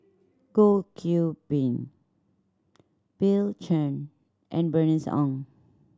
Goh Qiu Bin Bill Chen and Bernice Ong